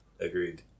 Agreed